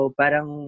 parang